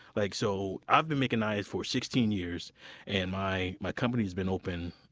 like so i've been making knives for sixteen years and my my company has been open